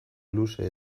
luze